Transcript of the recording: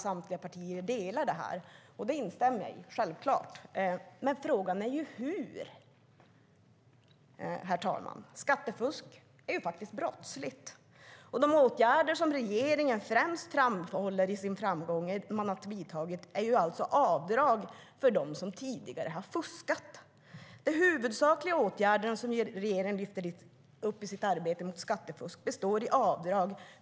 Samtliga partier delar den åsikten, och jag instämmer självklart i den. Frågan är hur, herr talman. Skattefusk är ju faktiskt brottsligt. De åtgärder som regeringen främst framhåller som en framgång att den har vidtagit är alltså avdrag för dem som tidigare har fuskat. De huvudsakliga åtgärderna som regeringen lyfter fram i arbetet mot skattefusk består av avdrag.